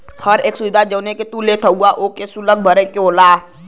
हर एक सुविधा जौन तू लेत हउवा ओकर एक सुल्क भरे के पड़ला